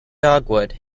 dogwood